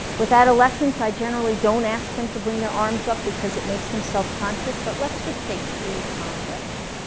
without a lesson so i generally don't ask them to bring their arms up because it makes them self conscious but let's just take three calm breaths